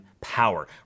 power